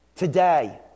today